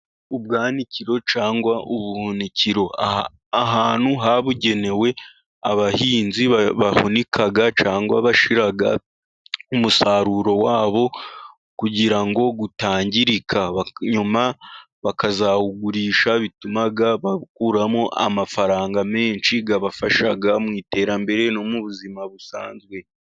Ubwanikiro cyangwa ubuhunikiro. Ahantu habugenewe abahinzi bahunika cyangwa bashira umusaruro wabo, kugira ngo utangirika. Nyuma bakazawugurisha bituma bakuramo amafaranga menshi, abafasha mu iterambere no mu buzima busanzwe.